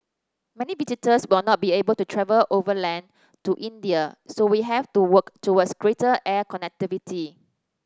many visitors will not be able to travel overland to India so we have to work towards greater air connectivity